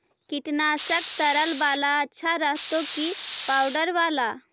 कीटनाशक तरल बाला अच्छा रहतै कि पाउडर बाला?